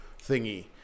thingy